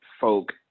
folk